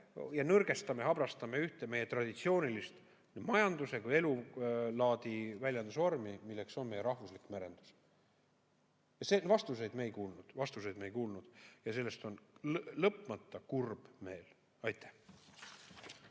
me nõrgestame, habrastame ühte meie traditsioonilist nii majanduse kui elulaadi väljenduse vormi, milleks on meie rahvuslik merendus. Vastuseid me ei kuulnud. Vastuseid me ei kuulnud ja sellest on lõpmata kurb meel. Aitäh!